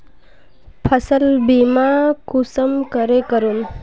फसल बीमा कुंसम करे करूम?